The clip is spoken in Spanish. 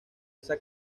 esa